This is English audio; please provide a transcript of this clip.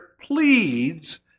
pleads